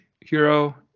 hero